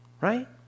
right